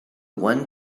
one